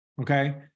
Okay